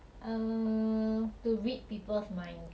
uh to read people's mind